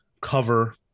Cover